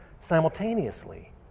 simultaneously